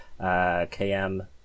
KM